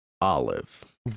Olive